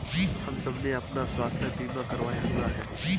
हम सबने अपना स्वास्थ्य बीमा करवाया हुआ है